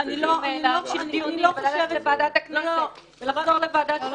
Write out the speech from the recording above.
אם זה אומר שצריך להעביר את זה לוועדת הכנסת ואז לחזור לפה --- לא,